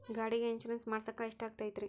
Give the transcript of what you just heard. ಗಾಡಿಗೆ ಇನ್ಶೂರೆನ್ಸ್ ಮಾಡಸಾಕ ಎಷ್ಟಾಗತೈತ್ರಿ?